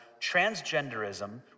transgenderism